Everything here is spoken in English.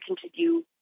continue